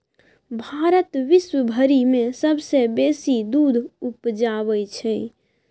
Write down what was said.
भारत विश्वभरि मे सबसँ बेसी दूध उपजाबै छै